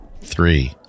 Three